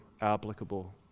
applicable